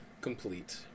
complete